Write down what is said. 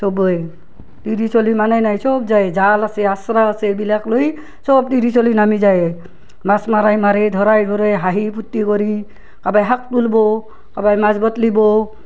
চবেই তিৰি চলি মানে নাই চব যায় জাল আছে আচৰা আছে এইবিলাক লৈ চব তিৰি চলি নামি যায় মাছ মাৰাই মাৰে ধৰাই ধৰে হাঁহি ফূৰ্তি কৰি কাবাই শাক তুলব' কাবাই মাছ বট্লিব